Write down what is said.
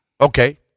Okay